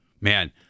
man